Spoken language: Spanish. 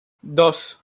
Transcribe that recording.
dos